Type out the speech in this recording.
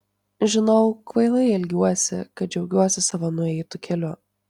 žinau kvailai elgiuos kad džiaugiuosi savo nueitu keliu